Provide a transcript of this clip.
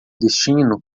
destino